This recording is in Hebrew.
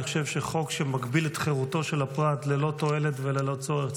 אני חושב שחוק שמגביל את חירותו של הפרט ללא תועלת וללא צורך,